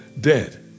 dead